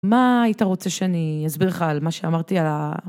מה היית רוצה שאני אסביר לך על מה שאמרתי על ה...